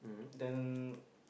then